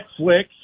Netflix